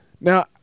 Now